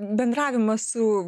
bendravimas su